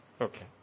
Okay